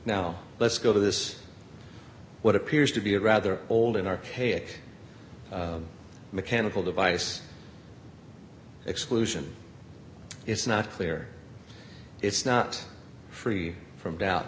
now let's go to this what appears to be a rather old an archaic mechanical device exclusion it's not clear it's not free from do